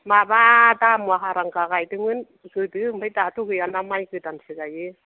माबा दाम' हारांगा गायदोंमोन गोदो ओमफ्राय दाथ' गैयाना माइ गोदानसो गायो